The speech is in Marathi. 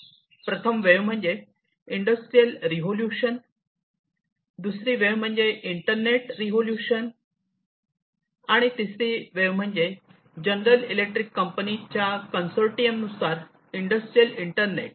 प्रथम वेव्ह म्हणजे इंडस्ट्रियल रिव्होल्यूशन दुसरी वेव्ह म्हणजे इंटरनेट रिव्होल्यूशन आणि तिसरी वेव्ह म्हणजे जनरल इलेक्ट्रिक कंपनी च्या कन्सोर्टियम नुसार इंडस्ट्रियल इंटरनेट